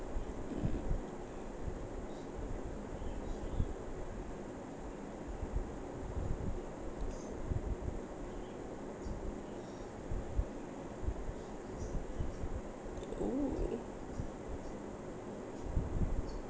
mm oh